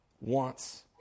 wants